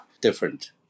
different